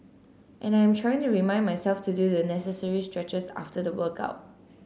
and I am trying to remind myself to do the necessary stretches after the workout